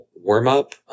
warm-up